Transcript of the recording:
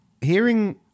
hearing